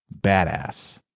badass